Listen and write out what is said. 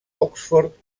oxford